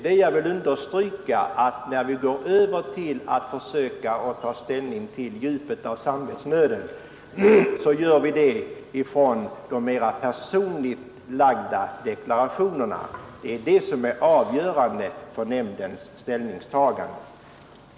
När nämnden går över till att undersöka och ta ställning till djupet av samvetsnöden gör vi det ifrån de mera personligt lagda deklarationerna och den redovisade konfliktsituationen. Det är det som är avgörande för nämndens ställningstagande.